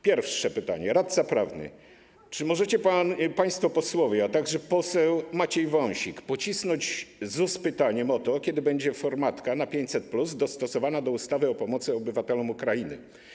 Pierwsze pytanie, radca prawny: Czy możecie państwo posłowie, a także poseł Maciej Wąsik, pocisnąć ZUS pytaniem o to, kiedy będzie formatka na 500+ dostosowana do ustawy o pomocy obywatelom Ukrainy?